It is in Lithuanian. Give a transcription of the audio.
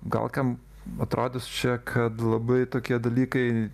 gal kam atrodys kad labai tokie dalykai